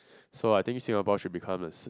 so I think Singapore should become the